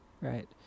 Right